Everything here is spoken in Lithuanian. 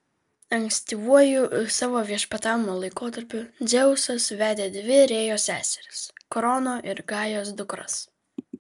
ankstyvuoju savo viešpatavimo laikotarpiu dzeusas vedė dvi rėjos seseris krono ir gajos dukras